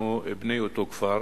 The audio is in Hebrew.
אנחנו בני אותו כפר,